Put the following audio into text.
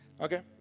Okay